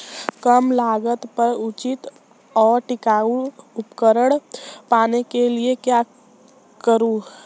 कम लागत पर उचित और टिकाऊ उपकरण पाने के लिए क्या करें?